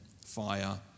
fire